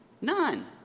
none